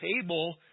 table